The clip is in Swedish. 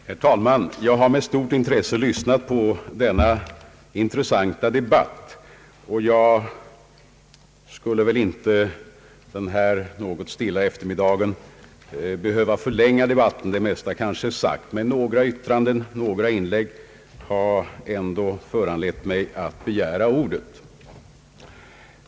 Herr talman! Jag har med stort intresse lyssnat till denna intressanta debatt, och jag skulle väl inte behöva förlänga den under denna något stilla eftermiddag. Det mesta kanske är sagt, men några inlägg har ändå föranlett mig att begära ordet.